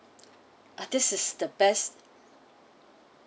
ah this is the best